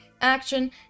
action